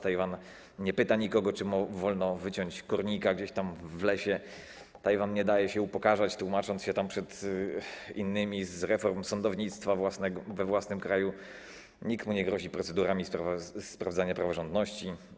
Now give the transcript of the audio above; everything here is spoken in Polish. Tajwan nie pyta nikogo, czy mu wolno wyciąć kornika gdzieś w lesie, Tajwan nie daje się upokarzać, nie tłumaczy się przed innymi z reform sądownictwa we własnym kraju, nikt mu nie grozi procedurami sprawdzania praworządności.